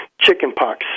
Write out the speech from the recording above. chickenpox